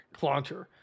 Clauncher